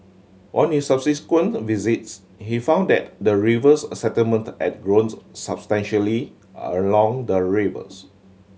on his subsequent visits he found that the rivers settlement ad grown substantially are along the rivers